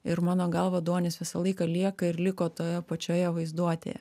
ir mano galva duonis visą laiką lieka ir liko toje pačioje vaizduotėje